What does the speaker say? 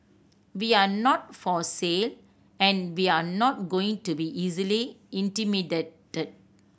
we're not for sale and we're not going to be easily intimidated